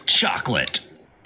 chocolate